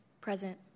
Present